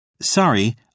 Sorry